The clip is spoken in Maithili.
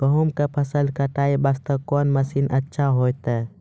गेहूँ के फसल कटाई वास्ते कोंन मसीन अच्छा होइतै?